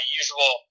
usual